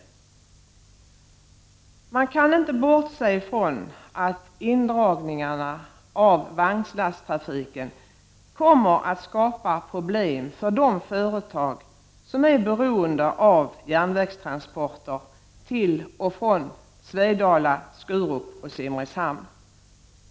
Man kan inte bortse från att indragningarna av vagnslasttrafiken kommer att skapa problem för de företag som är beroende av järnvägstransporter till och från Svedala, Skurup och Simrishamn.